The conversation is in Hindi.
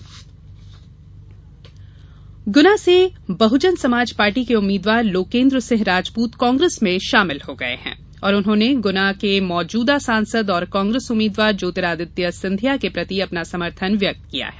मायावती कांग्रेस ग्ना से बहजन समाज पार्टी के उम्मीदवार लोकेन्द्र सिंह राजपूत कांग्रेस में शामिल हो गए हैं और उर्न्होने गुना के मौजूदा सांसद और कांग्रेस उम्मीदवार ज्योर्तिरादित्य सिंधिया के प्रति अपना समर्थन व्यक्त किया है